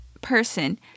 person